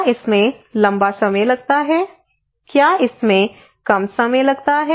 क्या इसमें लंबा समय लगता है क्या इसमें कम समय लगता है